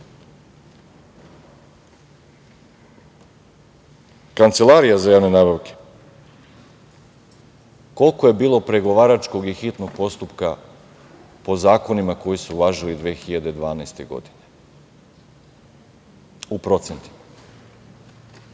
Kancelarija za javne nabavke, koliko je bilo pregovaračkog i hitnog postupka po zakonima koji su važili 2012. godine u procentima?